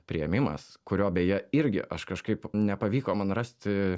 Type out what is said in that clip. priėmimas kurio beje irgi aš kažkaip nepavyko man rasti